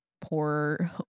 poor